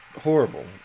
horrible